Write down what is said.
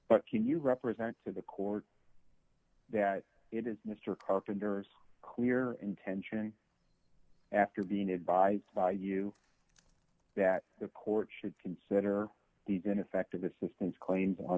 but can you represent to the court that it is mr carpenter's clear intention after being advised by you that the court should consider these ineffective assistance claims on